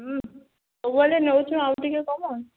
ସବୁବେଳେ ନେଉଛୁ ଆଉ ଟିକିଏ କମାଅ